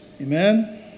Amen